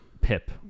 Pip